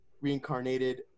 reincarnated